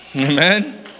Amen